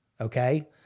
Okay